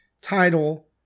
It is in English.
title